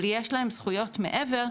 אבל יש להם זכויות מעבר.